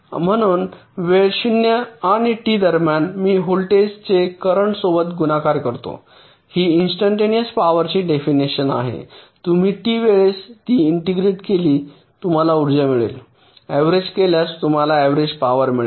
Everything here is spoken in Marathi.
म्हणून वेळ ० आणि टी दरम्यान मी व्होल्टेजेस चे करेन्ट सोबत गुणाकार करतो ही इंस्टंटेनिअस पॉवरची डेफिनेशन आहे तुम्ही T वेळेस ती इंटिग्रेट केली तुम्हाला ऊर्जा मिळेल ऍव्हरेज केल्यास तुम्हाला ऍव्हरेज पॉवर मिळेल